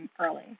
early